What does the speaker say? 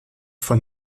von